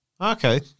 Okay